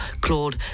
Claude